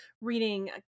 reading